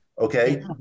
okay